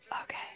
Okay